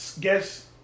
guess